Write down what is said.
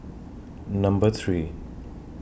Number three